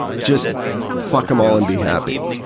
just fuck em all and be happy.